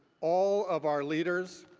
all of our leaders,